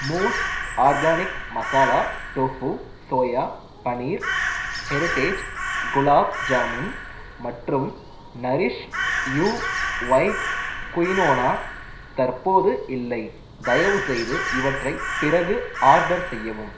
mousse organic masala tofu soya paneer heritage gulab jamun மற்றும் nourish you white quinoa தற்போது இல்லை தயவுசெய்து இவற்றை பிறகு ஆர்டர் செய்யவும்